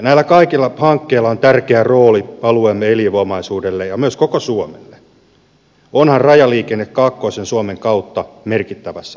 näillä kaikilla hankkeilla on tärkeä rooli alueemme elinvoimaisuuden ja myös koko suomen kannalta onhan rajaliikenne kaakkoisen suomen kautta merkittävässä roolissa